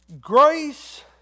Grace